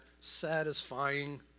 satisfying